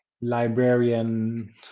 librarian